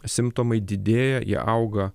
simptomai didėja jie auga